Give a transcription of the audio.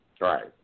Right